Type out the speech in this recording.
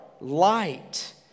light